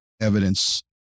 evidence